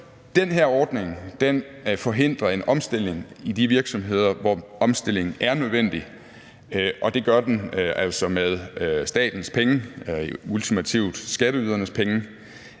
Den her ordning forhindrer en omstilling i de virksomheder, hvor omstilling er nødvendig, og det gør den altså med statens penge, ultimativt skatteydernes penge,